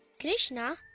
krishna!